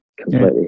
Completely